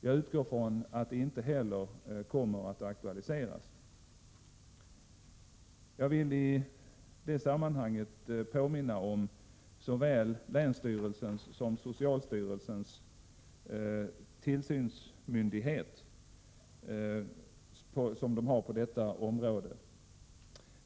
Jag utgår från att det inte heller aktualiseras på nytt. Jag vill i detta sammanhang påminna om såväl länsstyrelsens som socialstyrelsens roll som tillsynsmyndighet på detta vårdområde.